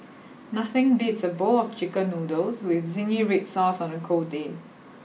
nothing beats a bowl of chicken noodles with zingy red sauce on a cold day